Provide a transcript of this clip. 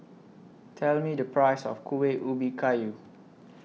Tell Me The Price of Kuih Ubi Kayu